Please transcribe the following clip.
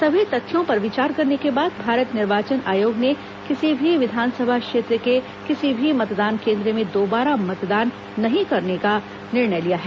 सभी तथ्यों पर विचार करने के बाद भारत निर्वाचन आयोग ने किसी भी विधानसभा क्षेत्र के किसी भी मतदान केन्द्र में दोबारा मतदान नहीं करने का निर्णय लिया है